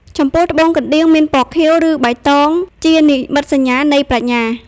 ចំពោះ ត្បូងកណ្ដៀងមានពណ៌ខៀវ ឬបៃតងជានិមិត្តសញ្ញានៃប្រាជ្ញា។